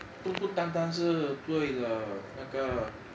不不单单是对了那个